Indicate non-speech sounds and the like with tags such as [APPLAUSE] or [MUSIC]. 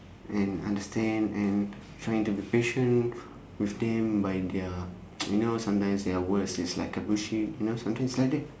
and understand and trying to be patient with them by their [NOISE] you know sometimes their words it's like you know sometimes it's like that